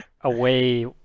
away